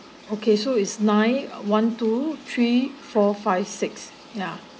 okay so it's nine one two three four five six ya